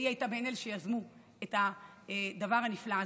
היא הייתה מאלה שיזמו את הדבר הנפלא הזה.